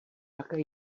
také